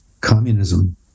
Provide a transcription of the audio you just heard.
communism